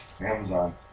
Amazon